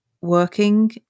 working